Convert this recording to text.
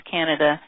Canada